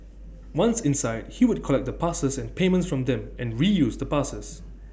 once inside he would collect the passes and payments from them and reuse the passes